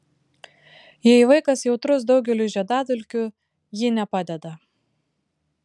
jei vaikas jautrus daugeliui žiedadulkių ji nepadeda